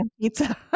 pizza